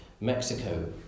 Mexico